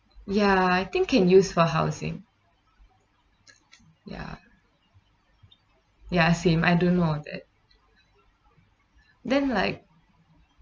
ya I think can use for housing ya ya same I don't know that then like